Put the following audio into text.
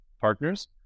partners